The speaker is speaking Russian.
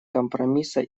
компромисса